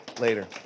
later